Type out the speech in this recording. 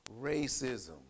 racism